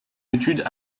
études